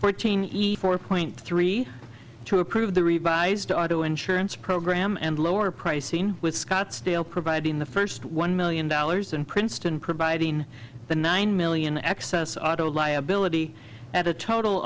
fourteen four point three to approve the revised auto insurance program and lower pricing with scottsdale providing the first one million dollars in princeton providing the nine million excess auto liability at a total